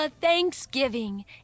Thanksgiving